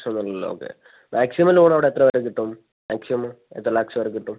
പ്രശ്നമൊന്നുമില്ലല്ലോ okay maximum loan അവിടെ എത്ര വരെ കിട്ടും മാക്സിമം എത്ര ലാക്സ് വരെ കിട്ടും